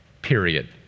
period